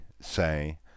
say